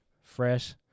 Fresh